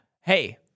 hey